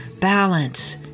balance